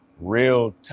real